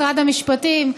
משרד המשפטים,